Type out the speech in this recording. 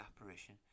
apparition